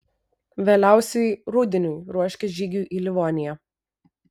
vėliausiai rudeniui ruoškis žygiui į livoniją